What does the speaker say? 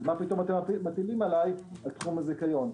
מה פתאום אתם מטילים עליי את תחום הזיכיון?